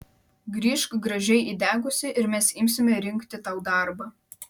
grįžk gražiai įdegusi ir mes imsime rinkti tau darbą